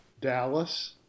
Dallas